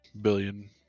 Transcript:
billion